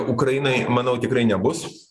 ukrainai manau tikrai nebus